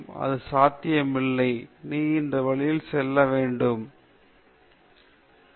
அல்லது தேர்வுமுறை திட்டம் மூலம் மற்றும் நாம் கண்டுபிடித்தோம் இறுதியாக சோதனை 10 சதவீதம் குறைவாக கொடுத்தது